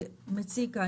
מציג כאן,